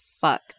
fuck